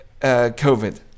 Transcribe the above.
COVID